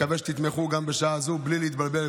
מקווה שתתמכו גם בשעה זו, בלי להתבלבל.